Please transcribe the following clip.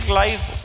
life